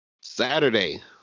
Saturday